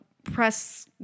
Press